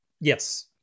Yes